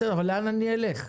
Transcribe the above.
לאן אני אלך?